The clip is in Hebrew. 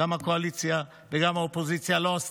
גם הקואליציה וגם האופוזיציה לא עשו